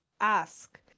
ask